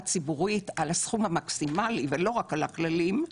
ציבורית על הסכום המקסימלי ולא רק על הכללים,